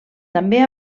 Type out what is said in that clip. també